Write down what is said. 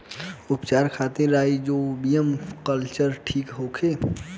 उपचार खातिर rhizobium culture ठीक होखे?